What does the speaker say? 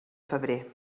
febrer